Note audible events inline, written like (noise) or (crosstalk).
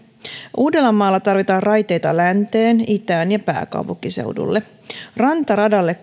uudellamaalla tarvitaan raiteita länteen itään ja pääkaupunkiseudulle rantaradalle (unintelligible)